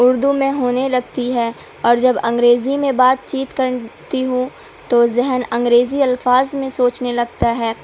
اردو میں ہونے لگتی ہے اور جب انگریزی میں بات چیت کرتی ہوں تو ذہن انگریزی الفاظ میں سوچنے لگتا ہے